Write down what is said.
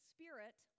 Spirit